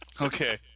Okay